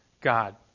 God